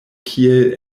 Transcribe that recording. kiel